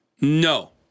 no